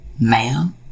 ma'am